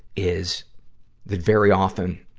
is that very often